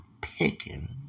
Picking